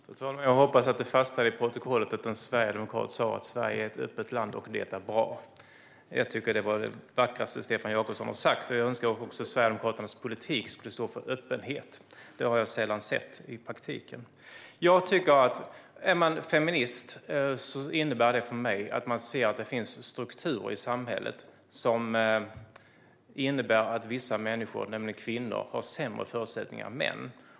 Fru talman! Jag hoppas att det kom med i protokollet att en sverigedemokrat sa att Sverige är ett öppet land, och det är bra. Det var det vackraste Stefan Jakobsson har sagt. Jag önskar också att Sverigedemokraternas politik skulle stå för öppenhet. Det har jag sällan sett i praktiken. Att vara feminist innebär för mig att man ser att det finns strukturer i samhället som innebär att vissa människor, nämligen kvinnor, har sämre förutsättningar än män.